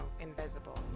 invisible